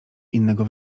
innego